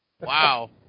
Wow